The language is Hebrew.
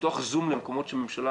לפתוח זום למקומות שהממשלה,